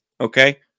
okay